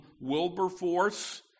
Wilberforce